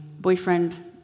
boyfriend